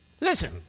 Listen